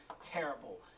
terrible